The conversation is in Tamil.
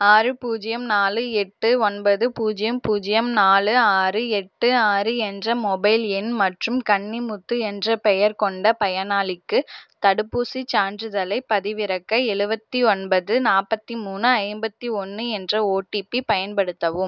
ஆறு பூஜ்ஜியம் நாலு எட்டு ஒன்பது பூஜ்ஜியம் பூஜ்ஜியம் நாலு ஆறு எட்டு ஆறு என்ற மொபைல் எண் மற்றும் கன்னிமுத்து என்ற பெயர் கொண்ட பயனாளிக்கு தடுப்பூசிச் சான்றிதழைப் பதிவிறக்க எழுபத்தி ஒன்பது நாற்பத்தி மூணு ஐம்பத்தி ஒன்று என்ற ஒடிபி பயன்படுத்தவும்